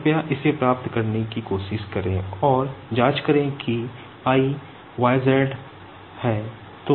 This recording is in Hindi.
कृपया इसे प्राप्त करने की कोशिश करें और जांच करें कि I yz हूं